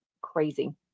Crazy